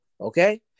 Okay